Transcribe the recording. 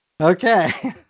Okay